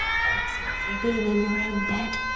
oh it's lovely being in your own bed.